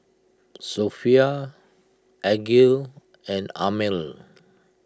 Sofea Aqil and Ammir